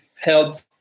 held